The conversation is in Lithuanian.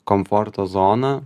komforto zoną